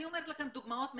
אני נותנת לכם דוגמאות מהחיים,